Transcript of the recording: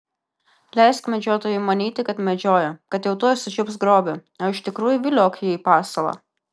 leisk medžiotojui manyti kad medžioja kad jau tuoj sučiups grobį o iš tikrųjų viliok jį į pasalą